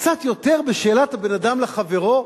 קצת יותר בשאלת הבין אדם לחברו,